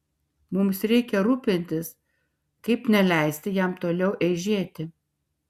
mums reikia rūpintis kaip neleisti jam toliau eižėti